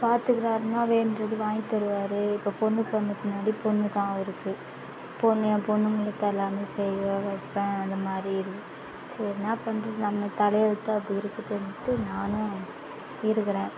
பார்த்துக்குறாருன்னா வேண்றது வாங்கி தருவார் இப்போ பொண்ணு பிறந்த பின்னாடி பொண்ணு தான் அவருக்கு பொண்ணு என் பொண்ணு முன்னாடி தான் எல்லாமே செய்வேன் வைப்பேன் அந்தமாதிரி சரி என்ன பண்ணுறது நம்ம தலை எழுத்து அப்படி இருக்குதுன்ட்டு நானும் இருக்கிறேன்